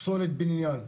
פסולת בניין,